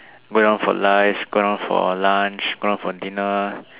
go down for life go down for lunch go down for dinner